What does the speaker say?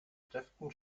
kräften